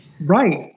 Right